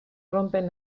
rompen